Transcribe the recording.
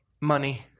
Money